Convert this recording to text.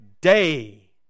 day